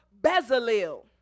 Bezalel